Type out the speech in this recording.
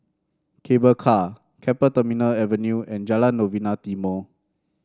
Cable Car Keppel Terminal Avenue and Jalan Novena Timor